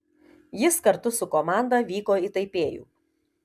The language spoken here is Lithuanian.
jis kartu su komanda vyko į taipėjų